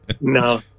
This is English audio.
No